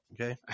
okay